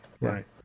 right